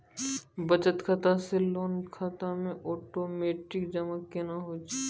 बचत खाता से लोन खाता मे ओटोमेटिक जमा केना होय छै?